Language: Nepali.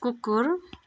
कुकुर